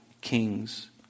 kings